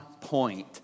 Point